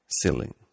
ceiling